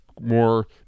more